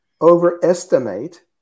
overestimate